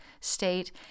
state